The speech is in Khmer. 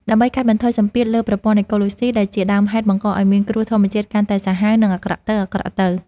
ដើម្បីកាត់បន្ថយសម្ពាធលើប្រព័ន្ធអេកូឡូស៊ី ដែលជាដើមហេតុបង្កឱ្យមានគ្រោះធម្មជាតិកាន់តែសាហាវ និងអាក្រក់ទៅៗ។